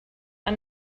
are